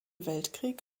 weltkrieg